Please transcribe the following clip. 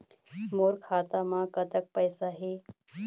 मोर खाता म कतक पैसा हे?